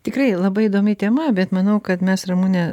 tikrai labai įdomi tema bet manau kad mes ramune